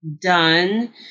done